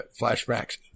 flashbacks